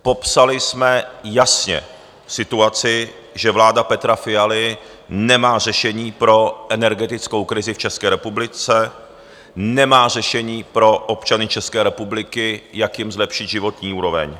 Popsali jsme jasně situaci, že vláda Petra Fialy nemá řešení pro energetickou krizi v České republice, nemá řešení pro občany České republiky, jak jim zlepšit životní úroveň.